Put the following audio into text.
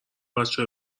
بچه